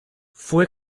fue